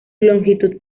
longitud